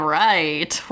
right